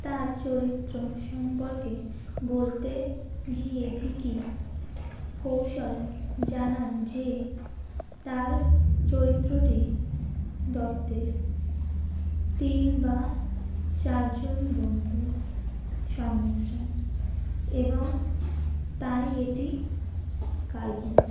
তার চরিত্র সম্পর্কে বলতে গিয়ে ভিকি কৌশল জানান যে তার চরিত্রটি গল্পের তিন বা চারজন বন্ধুর সংমিশ্রণ এবং তাই এটি কাল্পনিক